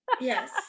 Yes